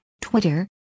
Twitter